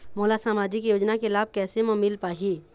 मोला सामाजिक योजना के लाभ कैसे म मिल पाही?